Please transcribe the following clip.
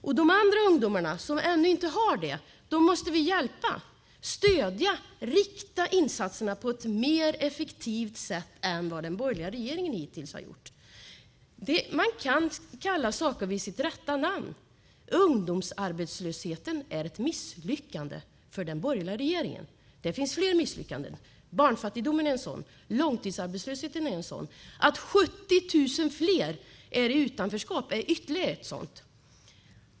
Men de ungdomar som inte har det måste vi hjälpa och stödja genom att rikta insatserna på ett mer effektivt sätt än vad den borgerliga regeringen hittills har gjort. Man ska kalla saker vid dess rätta namn. Ungdomsarbetslösheten är ett misslyckande för den borgerliga regeringen. Och det finns fler. Barnfattigdomen, långtidsarbetslösheten och att 70 000 fler är i utanförskap är ytterligare misslyckanden.